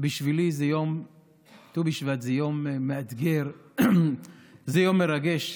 בשבילי יום ט"ו בשבט זה יום מאתגר, זה יום מרגש.